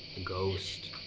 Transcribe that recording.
ghost,